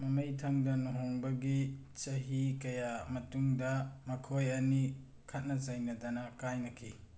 ꯃꯃꯩꯊꯪꯗ ꯂꯨꯍꯣꯡꯕꯒꯤ ꯆꯍꯤ ꯀꯌꯥ ꯃꯇꯨꯡꯗ ꯃꯈꯣꯏ ꯑꯅꯤ ꯈꯠ ꯆꯩꯅꯗꯅ ꯀꯥꯏꯅꯈꯤ